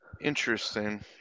Interesting